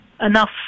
enough